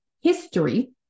history